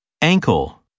Ankle